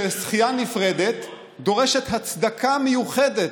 ששחייה נפרדת דורשת הצדקה מיוחדת.